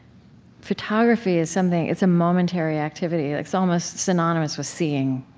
photography is something it's a momentary activity. like it's almost synonymous with seeing,